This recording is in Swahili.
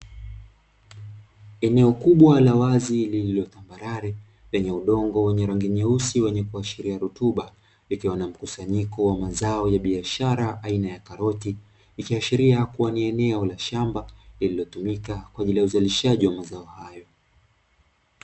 Eneo kubwa la wazi lililotambarare lenye udongo wenye rangi nyeusi wenye kuashiria rutuba, likiwa na mkusanyiko wa mazao ya biashara aina ya karoti. Ikiashiria ni shamba lililotumika kwa ajili ya uzalishaji wa mazao haya.